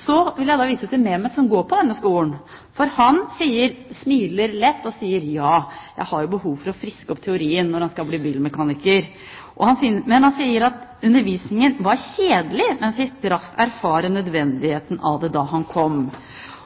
Så vil jeg vise til Mehmet, som går på denne skolen. Han smiler lett og sier at han har jo «behov for å friske opp teorien» når han skal bli bilmekaniker. Han sier at han synes «undervisningen var kjedelig, men fikk raskt erfare nødvendigheten av den da han kom».